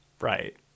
Right